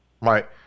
Right